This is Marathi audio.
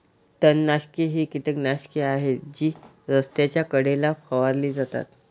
तणनाशके ही कीटकनाशके आहेत जी रस्त्याच्या कडेला फवारली जातात